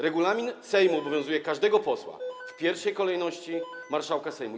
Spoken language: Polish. Regulamin Sejmu obowiązuje każdego posła, w pierwszej kolejności marszałka Sejmu.